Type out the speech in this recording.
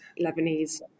Lebanese